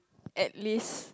at least